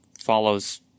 follows